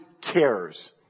cares